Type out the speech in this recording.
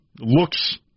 looks